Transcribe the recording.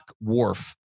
Wharf